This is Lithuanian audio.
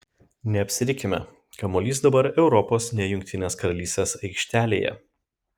neapsirikime kamuolys dabar europos ne jungtinės karalystės aikštelėje